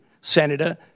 Senator